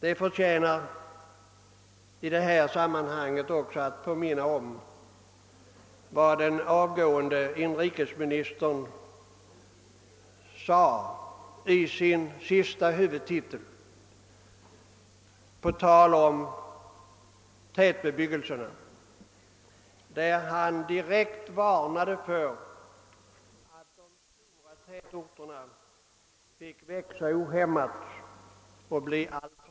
Det förtjänar i detta sammanhang också att påminnas om vad den förre inrikesministern anförde i sin sista huvudtitel på tal om tätbebyggelse. Han varnade där direkt för att låta de stora tätorterna få växa ohämmat och bli alltför stora.